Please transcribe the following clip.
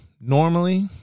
normally